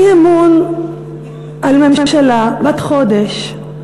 אי-אמון בממשלה בת חודש,